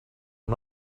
i’m